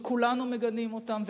שכולנו מגנים אותן,